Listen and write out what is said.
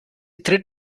tritt